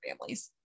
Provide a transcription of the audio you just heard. families